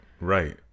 right